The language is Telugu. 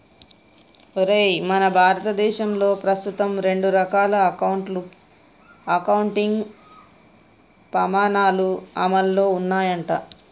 ఒరేయ్ మన భారతదేశంలో ప్రస్తుతం రెండు రకాల అకౌంటింగ్ పమాణాలు అమల్లో ఉన్నాయంట